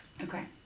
Okay